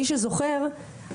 מי שזוכר,